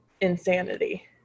insanity